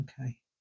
okay